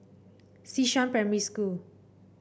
Xishan Primary School